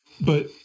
but-